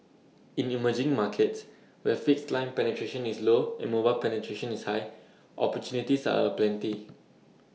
in emerging markets where fixed line penetration is low and mobile penetration is high opportunities are aplenty